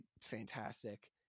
fantastic